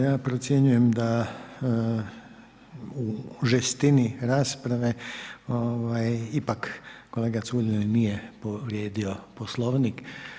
Ja procjenjujem da o žestini rasprave ipak kolega Culej ipak nije povrijedio Poslovnik.